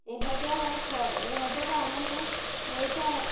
ଏହାଦ୍ୱାରା ଏହାଦ୍ୱାରା ଆମକୁ ବହୁତ